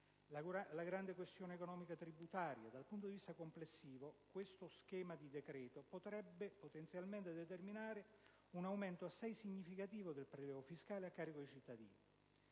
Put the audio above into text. la grande questione economico-tributaria. Dal punto di vista complessivo, questo schema di decreto potrebbe potenzialmente determinare un aumento assai significativo del prelievo fiscale a carico dei cittadini.